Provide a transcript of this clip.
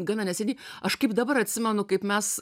gana neseniai aš kaip dabar atsimenu kaip mes